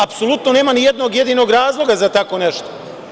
Apsolutno nema ni jednog jedinog razloga za tako nešto.